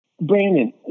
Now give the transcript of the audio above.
Brandon